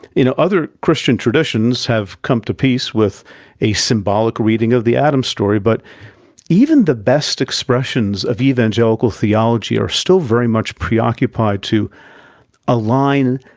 you know, other christian traditions have come to peace with a symbolic reading of the adam story, but even the best expressions of evangelical theology are still very much preoccupied to align